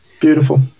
Beautiful